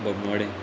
बगमडे